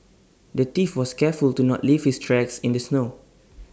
the thief was careful to not leave his tracks in the snow